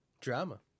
drama